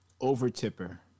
Over-tipper